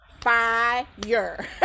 fire